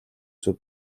зөв